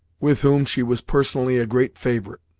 with whom she was personally a great favorite.